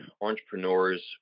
entrepreneurs